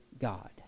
God